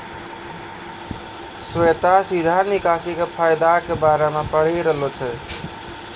श्वेता सीधा निकासी के फायदा के बारे मे पढ़ि रहलो छै